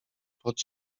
pod